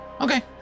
Okay